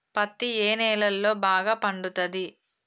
పత్తి ఏ నేలల్లో బాగా పండుతది?